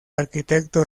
arquitecto